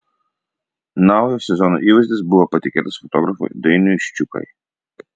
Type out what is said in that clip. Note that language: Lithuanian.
naujo sezono įvaizdis buvo patikėtas fotografui dainiui ščiukai